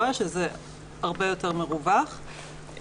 שזה הרבה יותר מרווח,